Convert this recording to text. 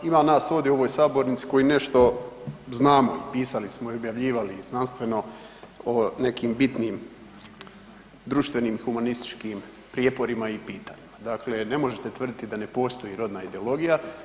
Ima nas ovdje u ovoj sabornici koji nešto znamo, pisali smo i objavljivali i znanstveno o nekim bitnim društvenih i humanističkim prijeporima i pitanjima, dakle ne možete tvrditi da ne postoji rodna ideologija.